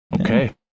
Okay